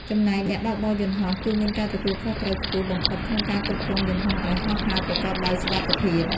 ចំណែកអ្នកបើកបរយន្តហោះ គឺមានការទទួលខុសត្រូវខ្ពស់បំផុតក្នុងការគ្រប់គ្រងយន្តហោះឲ្យហោះហើរប្រកបដោយសុវត្ថិភាព។